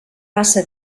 passa